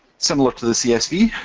similar to the csv,